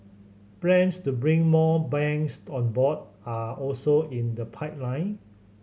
plans to bring more banks on board are also in the pipeline